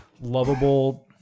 lovable